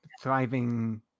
thriving